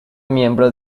miembro